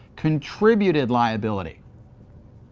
contributed liability.